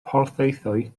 porthaethwy